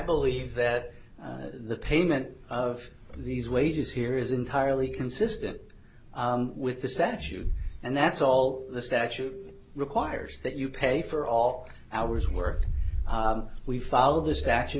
believe that the payment of these wages here is entirely consistent with the statute and that's all the statute requires that you pay for all hours worth we follow this act